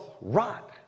rot